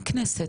אין כנסת,